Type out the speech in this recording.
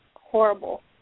horrible